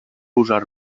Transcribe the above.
usar